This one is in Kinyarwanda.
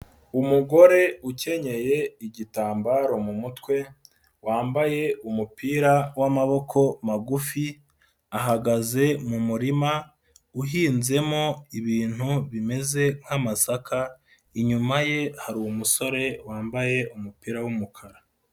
Umugore ukenyeye igitambaro mu mutwe, wambaye umupira w'amaboko magufi, ahagaze mu murima uhinzemo ibintu bimeze nk'amasaka, inyuma ye hari umusore wambaye umupira w'umukara.